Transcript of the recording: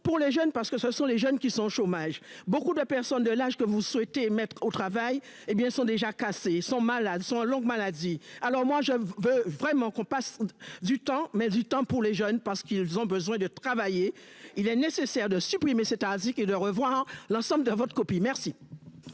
Pour les jeunes parce que ce sont les jeunes qui sont au chômage, beaucoup de la personne de l'âge que vous souhaitez mettre au travail. Hé bien sont déjà cassés sont malades sont en longue maladie. Alors moi je veux vraiment qu'on passe du temps mais du temps pour les jeunes parce qu'ils ont besoin de travailler, il est nécessaire de supprimer cette Asics et de revoir l'ensemble de votre copie, merci.